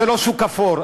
זה לא שוק אפור.